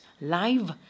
live